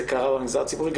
זה קרה במגזר הציבורי.